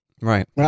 Right